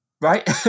right